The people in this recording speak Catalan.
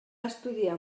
estudiar